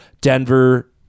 Denver